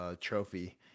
trophy